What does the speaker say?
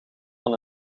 van